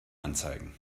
anzeigen